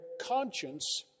conscience